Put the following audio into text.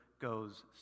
goes